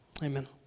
Amen